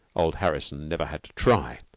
old harrison never had to try.